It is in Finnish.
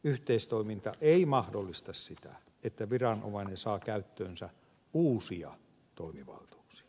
yhteistoiminta ei mahdollista sitä että viranomainen saa käyttöönsä uusia toimivaltuuksia